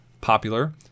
popular